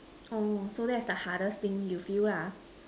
orh so that's the hardest thing you feel lah